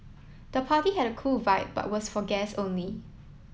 the party had cool a vibe but was for guests only